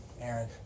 Aaron